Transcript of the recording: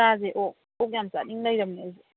ꯆꯥꯁꯤ ꯑꯣꯛ ꯑꯣꯛ ꯌꯥꯝ ꯆꯥꯅꯤꯡ ꯂꯩꯔꯝꯅꯤ ꯑꯩꯁꯨ